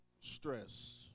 stress